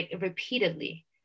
repeatedly